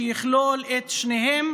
שיכלול את שניהם